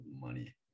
money